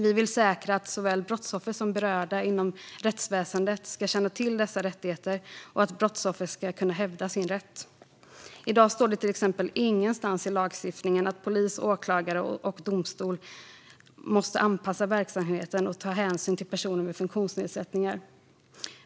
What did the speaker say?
Vi vill säkra att såväl brottsoffer som berörda inom rättsväsendet ska känna till dessa rättigheter och att brottsoffer ska kunna hävda sin rätt. I dag står det till exempel ingenstans i lagstiftningen att polis, åklagare och domstol måste anpassa verksamheten och ta hänsyn till personer med funktionsnedsättningar.